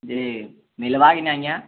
ଯେ ମିଲ୍ବା କି ନାଇଁ ଆଜ୍ଞା